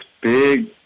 big